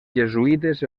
jesuïtes